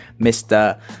mr